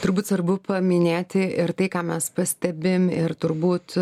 turbūt svarbu paminėti ir tai ką mes pastebim ir turbūt